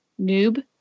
noob